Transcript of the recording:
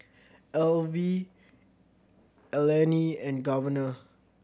Alvie Eleni and Governor